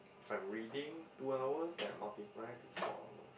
if I'm reading two hours then I multiply to four hours